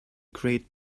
create